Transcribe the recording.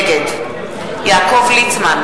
נגד יעקב ליצמן,